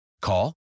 Call